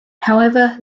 however